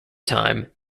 time